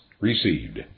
received